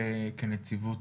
כנציב,